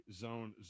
Zone